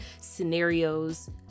scenarios